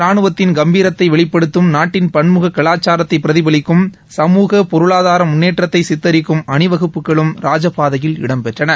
ரானுவத்தின் கம்பீரத்தை வெளிப்படுத்தம் நாட்டின் பன்முக கலாச்சாரத்தை பிரதிபலிக்கும் சமூக பொருளாதார முன்னேற்றத்தை சித்தரிக்கும் அணிவகுப்புகளும் ராஜபாதையில் இடம்பெற்றன